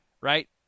right